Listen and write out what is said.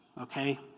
okay